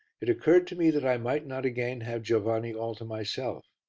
it occurred to me that i might not again have giovanni all to myself,